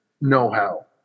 know-how